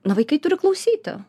na vaikai turi klausyti